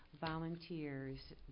volunteers